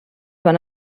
van